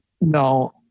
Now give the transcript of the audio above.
No